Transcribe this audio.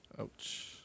Ouch